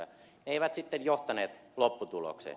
ne eivät sitten johtaneet lopputulokseen